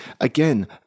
again